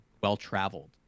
well-traveled